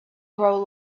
grow